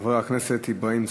חבר הכנסת אברהים צרצור.